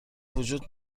وجود